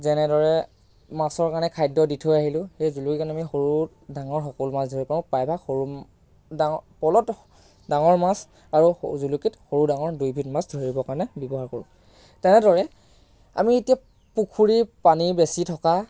যেনে দৰে মাছৰ কাৰণে খাদ্য দি থৈ আহিলোঁ সেই জুলুকি আমি সৰু ডাঙৰ সকলো মাছ ধৰিব পাৰোঁ প্ৰায়ভাগ সৰু ডাঙৰ পলত ডাঙৰ মাছ আৰু জুলুকিত সৰু ডাঙৰ দুয়োবিধ মাছ ধৰিবৰ কাৰণে ব্যৱহাৰ কৰোঁ তেনেদৰে আমি এতিয়া পুখুৰীৰ পানী বেছি থকা